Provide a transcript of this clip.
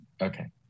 okay